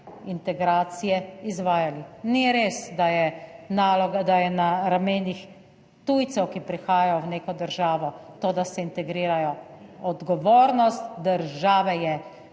integracije izvajali. Ni res, da je na ramenih tujcev, ki prihajajo v neko državo, da se integrirajo - odgovornost države je,